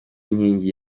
nkingi